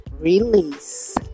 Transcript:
Release